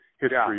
history